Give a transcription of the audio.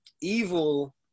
Evil